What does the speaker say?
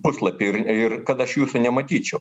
puslapį ir ir kad aš jūsų nematyčiau